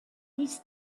these